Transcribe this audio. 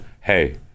hey